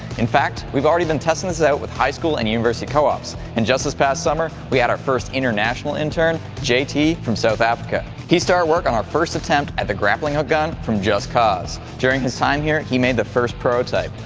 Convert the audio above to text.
in fact, we've already been testing this out with high school and university co-ops and just this past summer, we had our first international intern jt from south africa. he started work on our first attempt at the grappling hook gun from just cause. during his time here he made the first prototype,